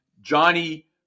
Johnny